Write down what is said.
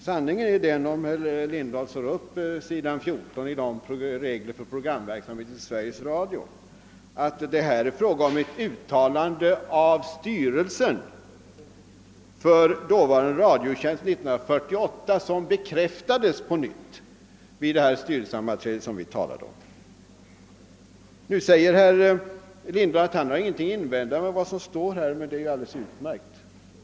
Sanningen är den — det ser herr Lindahl, om han slår upp s. 14 i reglerna för programverksamheten inom Sveriges Radio — att det är fråga om ett uttalande år 1948 av styrelsen för dåvarande Radiotjänst, som på nytt bekräftades vid det styrelsesammanträde som vi talade om. Nu säger herr Lindahl att han ingen ting har att invända mot vad som står där. Det är utmärkt.